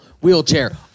wheelchair